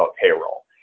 payroll